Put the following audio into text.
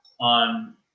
on